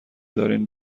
دارین